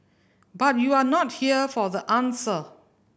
but you're not here for the answer